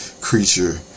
creature